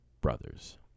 brothers